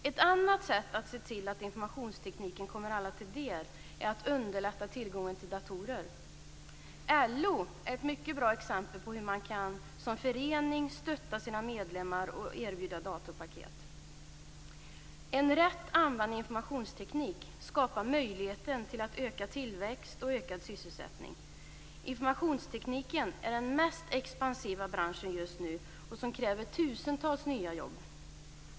Ett annat sätt att se till att informationstekniken kommer alla till del är att underlätta tillgången till datorer. LO är ett mycket bra exempel på hur man som förening kan stötta sina medlemmar och erbjuda datorpaket. En rätt använd informationsteknik skapar möjligheter till ökad tillväxt och ökad sysselsättning. Informationstekniken är den mest expansiva branschen just nu och kräver tusentals nya jobb.